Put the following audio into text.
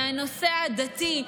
מהנושא העדתי,